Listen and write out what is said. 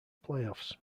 playoffs